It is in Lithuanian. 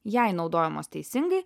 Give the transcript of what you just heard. jei naudojamos teisingai